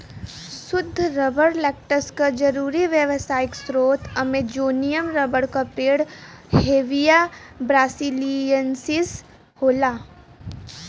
सुद्ध rubber latex क जरुरी व्यावसायिक स्रोत अमेजोनियन रबर क पेड़ हेविया ब्रासिलिएन्सिस होला